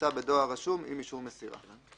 תומצא בדואר רשום עם אישור מסירה.